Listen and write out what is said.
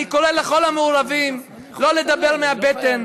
אני קורא לכל המעורבים: לא לדבר מהבטן,